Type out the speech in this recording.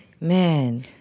man